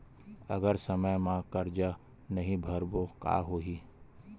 अगर समय मा कर्जा नहीं भरबों का होई?